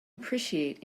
appreciate